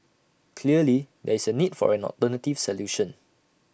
clearly there is A need for an alternative solution